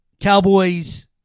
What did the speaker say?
Cowboys